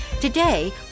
Today